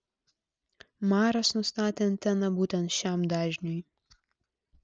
maras nustatė anteną būtent šiam dažniui